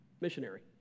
Missionary